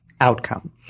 outcome